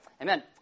Amen